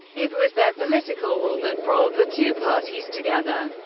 it was their political will that brought the two parties together.